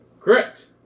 Correct